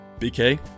BK